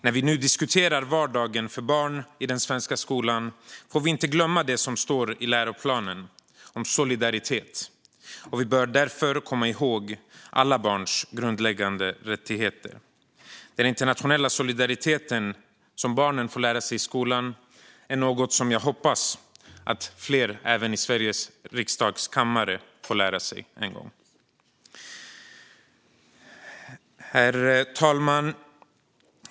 När vi nu diskuterar vardagen för barn i den svenska skolan får vi inte glömma det som står i läroplanen om solidaritet. Vi bör därför komma ihåg alla barns grundläggande rättigheter. Den internationella solidariteten som barnen får lära sig i skolan är något som jag hoppas att fler även i Sveriges riksdags kammare får lära sig en gång. Herr talman!